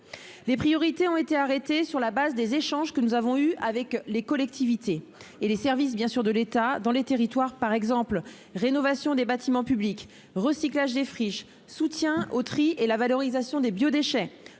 Les priorités ont été arrêtées sur la base des échanges que nous avons eus avec les collectivités et les services de l'État dans les territoires. Il s'agit, par exemple, de la rénovation des bâtiments publics, du recyclage des friches, du soutien au tri et à la valorisation des biodéchets,